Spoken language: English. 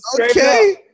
Okay